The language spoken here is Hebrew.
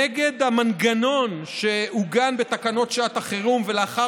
נגד המנגנון שעוגן בתקנות שעת החירום ולאחר